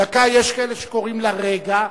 דקה, יש כאלה שקוראים לה רגע.